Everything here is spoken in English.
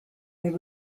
there